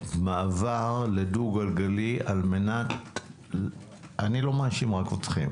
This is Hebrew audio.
מעבר לדו גלגלי איני מאשים רק אתכם